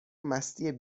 مستی